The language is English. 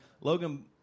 Logan